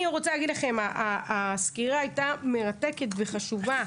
אני רוצה להגיד לכם שהסקירה הייתה מרתקת וחשובה,